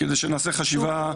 כדי שנעשה חשיבה.